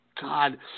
God